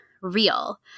real